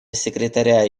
секретаря